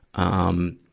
um,